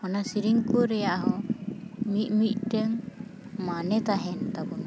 ᱚᱱᱟ ᱥᱮᱨᱮᱧ ᱠᱚ ᱨᱮᱭᱟᱜ ᱦᱚᱸ ᱢᱤᱫ ᱢᱤᱫᱴᱮᱱ ᱢᱟᱱᱮ ᱛᱟᱦᱮᱱ ᱛᱟᱵᱚᱱᱟ